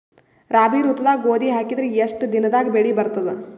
ರಾಬಿ ಋತುದಾಗ ಗೋಧಿ ಹಾಕಿದರ ಎಷ್ಟ ದಿನದಾಗ ಬೆಳಿ ಬರತದ?